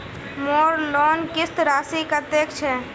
मोर लोन किस्त राशि कतेक छे?